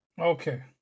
Okay